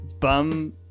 bum